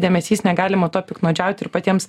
dėmesys negalima tuo piktnaudžiauti ir patiems